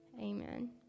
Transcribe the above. Amen